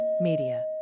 Media